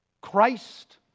Christ